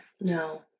No